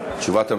תשובת הממשלה.